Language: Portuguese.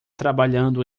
trabalhando